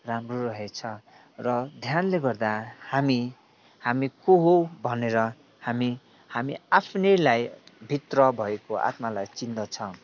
राम्रो रहेछ र ध्यानले गर्दा हामी हामी को हो भनेर हामी हामी आफ्नैलाई भित्र भएको आत्मालाई चिन्दछ